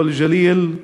להלן תרגומם: